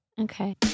Okay